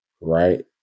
right